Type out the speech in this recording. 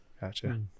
Gotcha